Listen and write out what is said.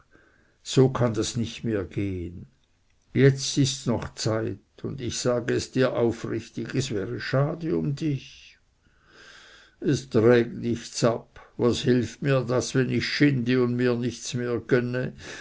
so kann das nicht mehr gehen jetzt ists noch zeit und ich sage es dir aufrichtig es wäre schade um dich es trägt nichts ab was hilft mir das wenn ich schinde und mir nichts mehr gönne